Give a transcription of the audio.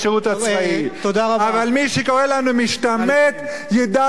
אבל מי שקורא לנו משתמט ידע שאנחנו נקרא לו אויב.